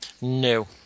no